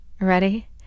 Ready